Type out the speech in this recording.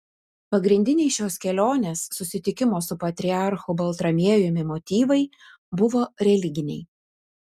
pagrindiniai šios kelionės susitikimo su patriarchu baltramiejumi motyvai buvo religiniai